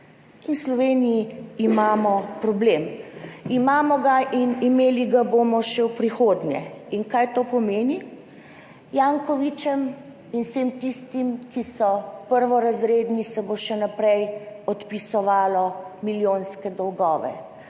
V Sloveniji imamo problem. Imamo ga in imeli ga bomo še v prihodnje. In kaj to pomeni? Jankovićem in vsem tistim, ki so prvorazredni, se bo še naprej odpisovalo milijonske dolgove,